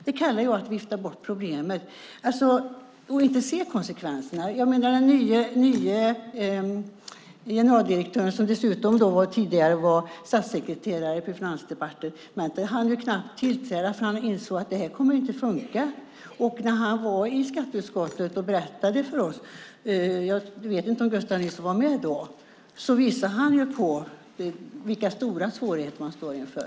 Det kallar jag att vifta bort problemet och inte se konsekvenserna. Den nye generaldirektören, som dessutom tidigare var statssekreterare på Finansdepartementet, hann ju knappt tillträda förrän han insåg att det här kommer inte att funka. När han var i skatteutskottet och berättade för oss - jag vet inte om Gustav Nilsson var med då - visade han på vilka stora svårigheter man står inför.